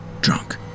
drunk